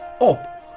up